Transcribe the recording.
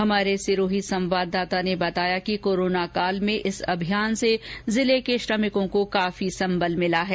हमारे सिरोही संवाददाता ने बताया कि कोरोना काल में इस अभियान से जिले के श्रमिकों को काफी संबल मिला है